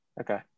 okay